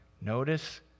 notice